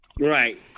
right